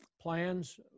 plans